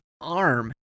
arm